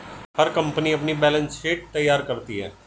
हर company अपनी balance sheet तैयार करती है